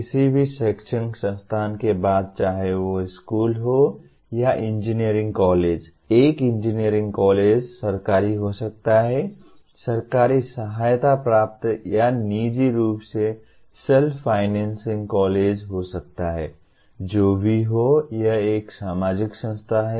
किसी भी शैक्षणिक संस्थान के बाद चाहे वह स्कूल हो या इंजीनियरिंग कॉलेज एक इंजीनियरिंग कॉलेज सरकारी हो सकता है सरकारी सहायता प्राप्त या निजी रूप से सेल्फ फाइनेंसिंग कॉलेज हो सकता है जो भी हो यह एक सामाजिक संस्था है